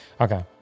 okay